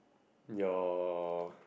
you